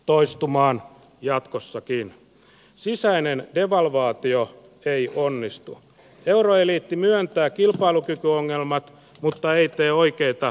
toistumaan jatkossakin sisäinen devalvaatio ei onnistu euroeliitti myöntää kilpailukykyongelmat mutta ei tee oikeita